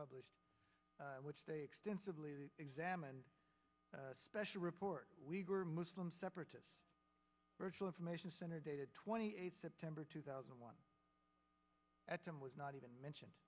published which they extensively examined the special report we were muslim separatists virtual information center dated twenty eight september two thousand and one at time was not even mentioned